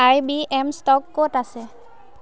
আই B M stock ক'ত আছে